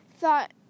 thought